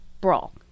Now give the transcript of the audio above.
brawl